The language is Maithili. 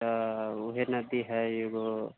तऽ ओहे नदी हय एगो